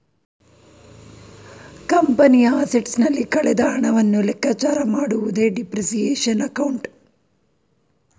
ಕಂಪನಿಯ ಅಸೆಟ್ಸ್ ನಲ್ಲಿ ಕಳೆದ ಹಣವನ್ನು ಲೆಕ್ಕಚಾರ ಮಾಡುವುದೇ ಡಿಪ್ರಿಸಿಯೇಶನ್ ಅಕೌಂಟ್